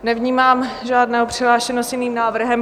Nevnímám žádného přihlášeného s jiným návrhem.